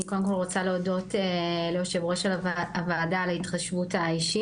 אני קודם כל רוצה להודות ליושבת ראש הוועדה על ההתחשבות האישית.